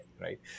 right